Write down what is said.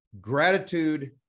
gratitude